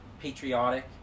patriotic